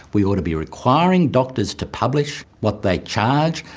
we ought to be requiring doctors to publish what they charge,